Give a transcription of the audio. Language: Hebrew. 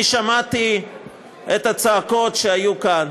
אני שמעתי את הצעקות שהיו כאן